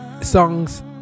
songs